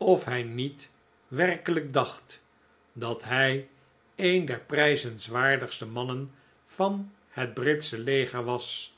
of hij niet werkelijk dacht dat hij een der prijzenswaardigste mannen van het britsche leger was